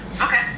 Okay